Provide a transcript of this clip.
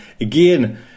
Again